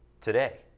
today